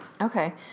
Okay